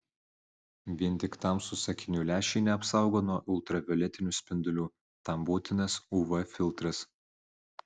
vien tik tamsūs akinių lęšiai neapsaugo nuo ultravioletinių spindulių tam būtinas uv filtras